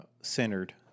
centered